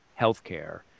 healthcare